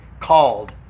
called